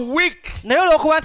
weak